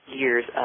years